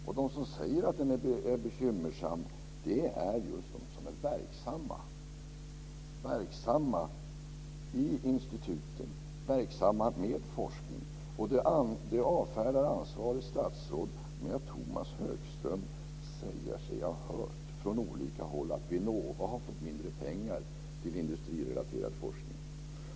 Och de som säger att den är bekymmersam är just de som är verksamma i instituten med forskning. Och det avfärdar ansvarigt statsråd med "att Tomas Högström säger sig ha hört från olika håll att Vinnova har fått mindre pengar till industrirelaterad forskning."